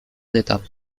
d’état